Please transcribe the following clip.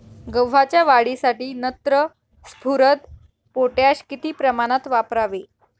गव्हाच्या वाढीसाठी नत्र, स्फुरद, पोटॅश किती प्रमाणात वापरावे?